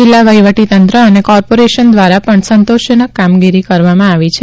જિલ્લા વહિવટીતંત્ર અને કોર્પોરેશન દ્વારા પણ સંતોષજનક કામગીરી કરવામાં આવી છે